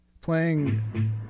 Playing